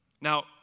Now